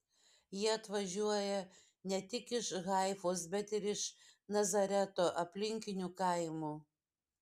jie atvažiuoja ne tik iš haifos bet ir iš nazareto aplinkinių kaimų